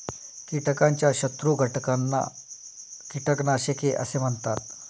कीटकाच्या शत्रू घटकांना कीटकनाशके असे म्हणतात